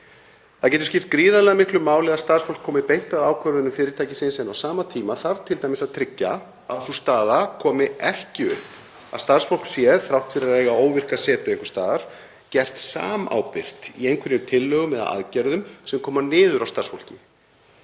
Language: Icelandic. Það getur skipt gríðarlega miklu máli að starfsfólk komi beint að ákvörðunum fyrirtækisins en á sama tíma þarf t.d. að tryggja að sú staða komi ekki upp að starfsfólk sé þrátt fyrir að eiga óvirka setu einhvers staðar gert samábyrgt í einhverjum tillögum eða aðgerðum sem koma niður á starfsfólki.